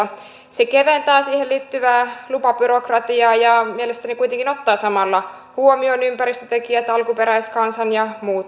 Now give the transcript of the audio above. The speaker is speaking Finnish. se keventää siihen liittyvää lupabyrokratiaa ja mielestäni kuitenkin ottaa samalla huomioon ympäristötekijät alkuperäiskansan ja muut elinkeinot